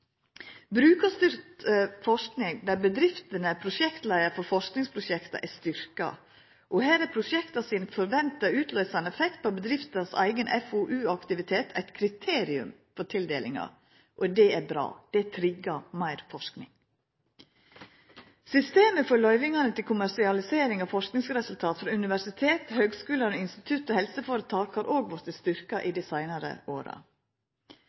Brukarstyrt forsking, der bedrifter er prosjektleiarar for forskingsprosjekta, er styrkt. Her er den forventa utløysande effekten på bedrifta sin eigen FoU-aktivitet eit kriterium for tildelinga. Det er bra. Det triggar meir forsking. Systemet for løyvingane til kommersialisering av forskingsresultat frå universitet, høgskular, institutt og helseføretak har òg vorte styrkt i dei seinare åra.